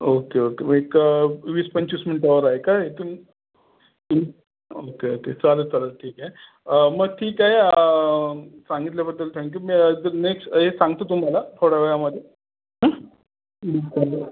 okay okay एक वीस पंचवीस मिनटावर आहे काय तुम तुम ओके ओके चालेल चालेल ठीक आहे मग ठीक आहे सांगितल्याबद्दल थँक्यू मी नेक्स्ट हे सांगतो तुम्हाला थोड्या वेळामध्ये